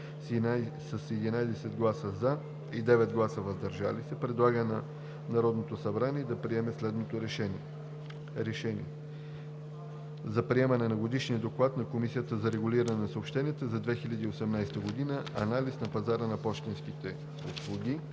с 11 гласа „за“ и 9 гласа „въздържал се“ предлага на Народното събрание да приеме следното решение: „Проект! РЕШЕНИЕ за приемане на Годишния доклад на Комисията за регулиране на съобщенията за 2018 г. – „Анализ на пазара на пощенски услуги“